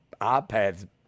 iPads